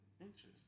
Interesting